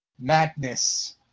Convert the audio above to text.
madness